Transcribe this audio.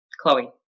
Chloe